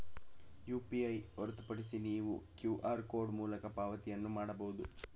UPI ಹೊರತುಪಡಿಸಿ ನೀವು QR code ಮೂಲಕ ಪಾವತಿಯನ್ನು ಮಾಡಬಹುದು